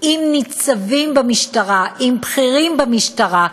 אם ניצבים במשטרה, אם בכירים במשטרה,